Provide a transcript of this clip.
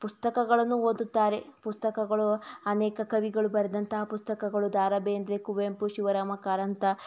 ಪುಸ್ತಕಗಳನ್ನು ಓದುತ್ತಾರೆ ಪುಸ್ತಕಗಳು ಅನೇಕ ಕವಿಗಳು ಬರೆದಂತಹ ಪುಸ್ತಕಗಳು ದ ರಾ ಬೇಂದ್ರೆ ಕುವೆಂಪು ಶಿವರಾಮ ಕಾರಂತ